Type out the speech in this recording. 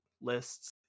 lists